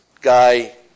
guy